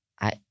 I-